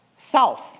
south